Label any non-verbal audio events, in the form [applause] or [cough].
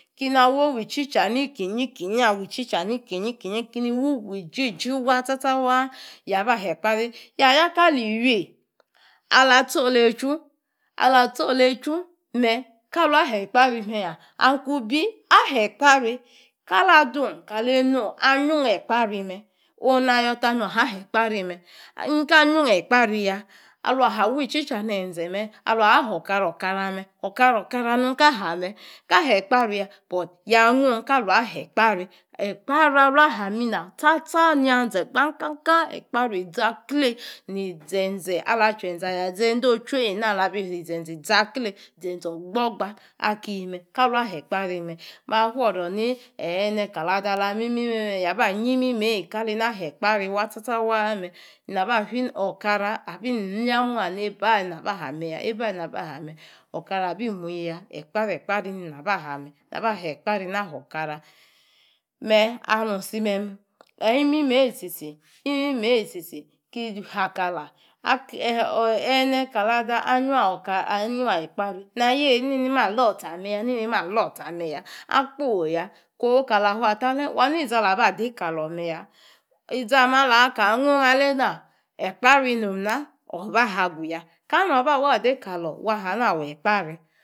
Keina wo wu itchitcha ni kinyi kinyi awu itchitcha ni kinyi kinyi keini wu wu ijiji wa cha cha waa ya ba je akpari. Wa yaa kili iwii ala-tchor oleichu, ala- tchoo olechu me ka lung a;he ekapri me ya? Akun ibii a-he ekapri kali adun ka lei enung ayung ekpari me onu na yoor ta nung a'he ekpari me eini kaa yung ekpari ya a lung a' wii itchitcha nenze me, alunga hor okara okara me okara okara nung ka haa me kaa he ekpari ya. But guun ka lung a' he ekpari. Ekpari alung a'ha me ina tcha tcha ni yanzae gbang kang kang ekpari izaklei nini zeze ali achuen ze ayazi eindotchuei eina ala bi sri inzeze izaklei inzenze ogbo gba akiyi me ka lung a he ekpari me maa fuodor nii eyi ene kali ada ala mi mme me yabaa anyi mimei kali eini a he ekpari wa cha cha waa me na baa fii okara abi niamua heiba aleini aba haa me ya neiba aleim aba haa me okara abi muyi ya. Ekpari ekpari nei naa ba haa me ekapri nei haa me na ba he ekpari na hoor okara mee lung isi me eyi imimei tchi tchi ki haa ka la. Aki oor ene kali ada a'yua okara a'yua ekapri na yeiyinei mi me aloor otcha me ya. Akpoi ya kofu kala fuatalei wa nuizi alaba dei kaloor meya izame alaka gung alei na ekapri nom na, obaha gwu ya ka lung aba waa dei kaloor oba haa nii naoor ekpa ri [unintelligible]